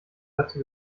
dazu